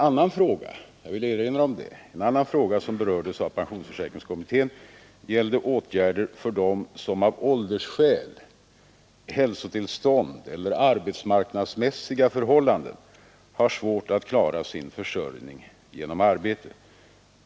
Jag vill också erinra om att en annan fråga som berörts av pensionsförsäkringskommittén gällde åtgärder för den som av åldersskäl, hälsotillstånd eller arbetsmarknadsmässiga förhållanden har svårt att klara sin försörjning genom arbete.